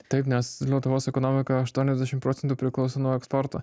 taip nes lietuvos ekonomika aštuoniasdešim procentų priklauso nuo eksporto